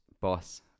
Boss